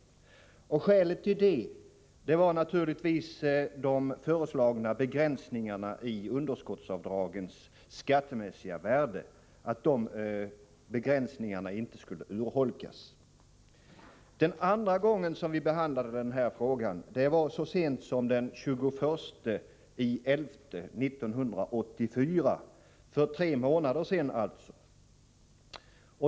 Skälet till det var naturligtvis att de föreslagna begränsningarna i underskottsavdragens skattemässiga värde inte skulle urholkas. Den andra gången som vi behandlade denna fråga var så sent som den 21 november 1984, för tre månader sedan alltså.